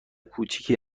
کوچکی